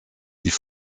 die